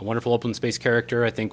wonderful open space character i think